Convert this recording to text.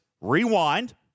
rewind